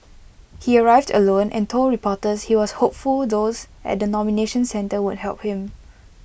he arrived alone and told reporters he was hopeful those at the nomination centre would help him